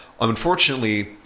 Unfortunately